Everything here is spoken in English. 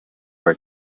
were